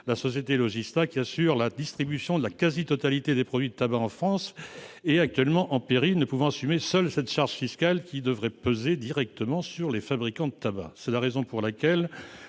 la société Logista, qui assure la distribution de la quasi-totalité des produits de tabac en France. Cette société est actuellement en péril, ne pouvant assumer seule cette charge fiscale qui devrait peser directement sur les fabricants de tabac. C'est la raison pour laquelle